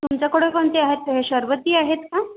तुमच्याकडं कोणते आहेत शरबती आहेत का